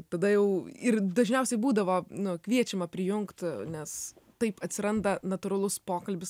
tada jau ir dažniausiai būdavo nu kviečiama prijungt nes taip atsiranda natūralus pokalbis